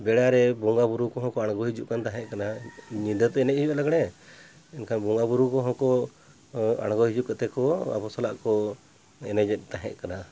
ᱵᱮᱲᱟᱨᱮ ᱵᱚᱸᱜᱟᱼᱵᱩᱨᱩ ᱠᱚᱦᱚᱸ ᱠᱚ ᱟᱬᱜᱳ ᱦᱤᱡᱩᱜ ᱠᱟᱱ ᱛᱟᱦᱮᱸᱫ ᱠᱟᱱᱟ ᱧᱤᱫᱟᱹ ᱛᱚ ᱮᱱᱮᱡ ᱦᱩᱭᱩᱜᱼᱟ ᱞᱟᱜᱽᱬᱮ ᱮᱱᱠᱷᱟᱱ ᱵᱚᱸᱜᱟ ᱵᱩᱨᱩ ᱠᱚᱦᱚᱸ ᱠᱚ ᱟᱬᱜᱳ ᱦᱤᱡᱩᱜ ᱠᱟᱛᱮ ᱠᱚ ᱟᱵᱚ ᱥᱟᱞᱟᱜ ᱠᱚ ᱮᱱᱮᱡᱮᱫ ᱛᱟᱦᱮᱸ ᱠᱟᱱᱟ